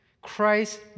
Christ